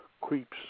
creeps